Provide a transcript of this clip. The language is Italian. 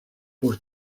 pur